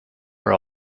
her